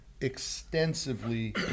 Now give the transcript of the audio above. extensively